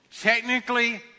technically